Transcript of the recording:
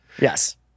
yes